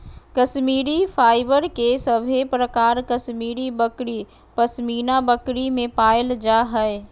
Kashmiri fibre के सभे प्रकार कश्मीरी बकरी, पश्मीना बकरी में पायल जा हय